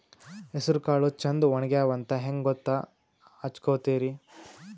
ಹೆಸರಕಾಳು ಛಂದ ಒಣಗ್ಯಾವಂತ ಹಂಗ ಗೂತ್ತ ಹಚಗೊತಿರಿ?